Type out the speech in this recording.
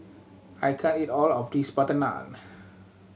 I can't eat all of this butter naan